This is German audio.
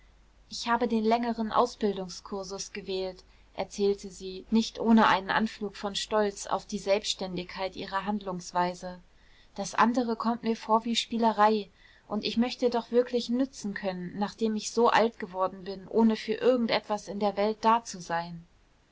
ich habe den längeren ausbildungskursus gewählt erzählte sie nicht ohne einen anflug von stolz auf die selbständigkeit ihrer handlungsweise das andere kommt mir vor wie spielerei und ich möchte doch wirklich nützen können nachdem ich so alt geworden bin ohne für irgend etwas in der welt da zu sein